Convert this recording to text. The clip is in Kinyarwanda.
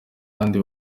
kandi